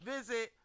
Visit